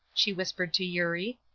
she whispered to eurie.